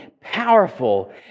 powerful